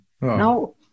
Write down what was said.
Now